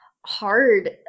hard